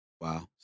Wow